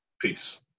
peace